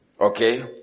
Okay